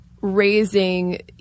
raising